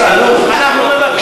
הוא לא מבין,